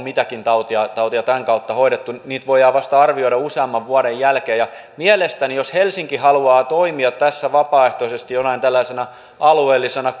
mitäkin tautia tämän kautta hoidettu niitä voidaan arvioida vasta useamman vuoden jälkeen mielestäni jos helsinki haluaa toimia tässä vapaaehtoisesti jonain tällaisena alueellisena